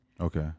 Okay